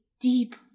deep